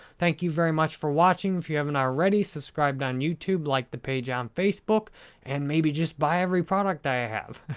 thank you very much for watching. if you haven't already subscribed on youtube, like the page on facebook and maybe just buy every product i have.